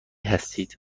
هستید